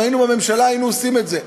אם היינו בממשלה היינו עושים את זה.